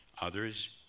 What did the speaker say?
others